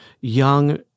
young